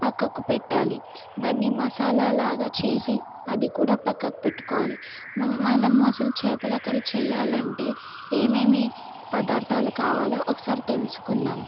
పక్కకు పెట్టాలి దాన్ని మసాలా లాగా చేసి అది కూడా పక్కకు పెట్టుకోవాలి మనం అసలు చేపల కర్రీ చేయాలంటే ఏమేమి పదార్థాలు కావాలో ఒకసారి తెలుసుకుందాం